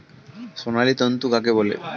সোনালী তন্তু কাকে বলে?